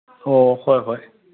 ꯑꯣ ꯍꯣꯏ ꯍꯣꯏ